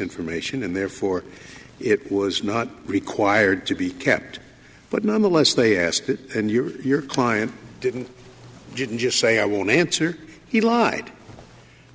information and therefore it was not required to be kept but nonetheless they asked and your client didn't didn't just say i will not answer he lied